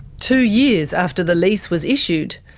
two years after the lease was issued,